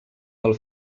del